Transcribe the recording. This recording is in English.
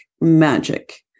magic